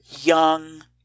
young